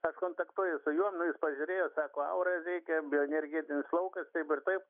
aš kontaktuoju su juo nu jis pažiūrėjo sako aura veikia bioenergetinis laukas taip ir taip